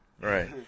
right